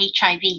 HIV